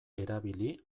erabili